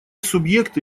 субъекты